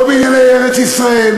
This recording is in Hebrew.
לא בענייני ארץ-ישראל,